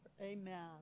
Amen